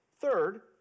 Third